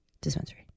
dispensary